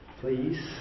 please